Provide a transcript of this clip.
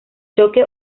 choque